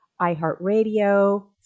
iheartradio